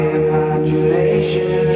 imagination